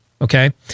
Okay